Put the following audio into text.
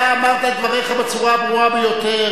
אתה אמרת את דבריך בצורה הברורה ביותר,